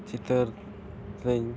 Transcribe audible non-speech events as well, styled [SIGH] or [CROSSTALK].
ᱪᱤᱛᱟᱹᱨ [UNINTELLIGIBLE]